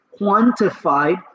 quantified